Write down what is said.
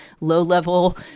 low-level